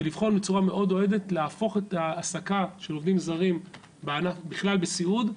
זה לבחון בצורה מאוד אוהדת להפוך את ההעסקה של עובדים זרים בכלל בסיעוד,